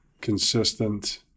consistent